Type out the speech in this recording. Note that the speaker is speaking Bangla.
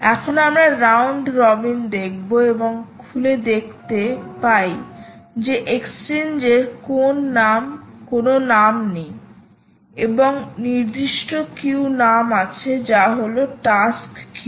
এখন আমরা রাউন্ড রবিন দেখব এবং খুলে দেখতে পাই যে এক্সচেঞ্জ এর কোন নাম নেই এবং নির্দিষ্ট কিউ নাম আছে যা হল টাস্ক কিউ